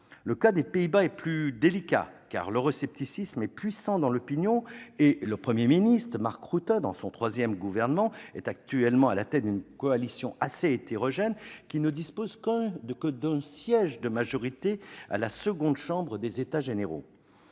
Le cas des Pays-Bas est plus délicat, car l'euroscepticisme est puissant dans l'opinion. Le Premier ministre, Mark Rutte, est actuellement à la tête d'une coalition assez hétérogène, qui ne dispose que d'un siège de majorité à la seconde chambre des États généraux.